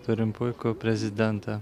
turim puikų prezidentą